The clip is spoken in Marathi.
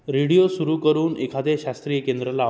रेडिओ सुरू करून एखादे शास्त्रीय केंद्र लाव